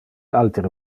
altere